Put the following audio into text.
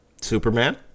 Superman